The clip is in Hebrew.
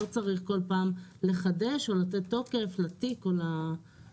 לא צריך כל פעם לחדש או לתת תוקף לתיק או לנוטיפיקציה.